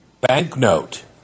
Banknote